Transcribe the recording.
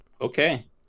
okay